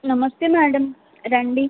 నమస్తే మేడం రండి